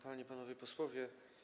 Panie i Panowie Posłowie!